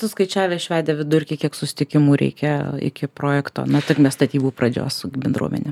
suskaičiavę išvedę vidurkį kiek susitikimų reikia iki projekto na tarkim statybų pradžios su bendruomene